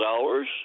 hours